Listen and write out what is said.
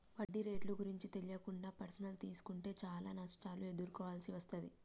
వడ్డీ రేట్లు గురించి తెలియకుండా పర్సనల్ తీసుకుంటే చానా నష్టాలను ఎదుర్కోవాల్సి వస్తది